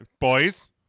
Boys